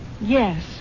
Yes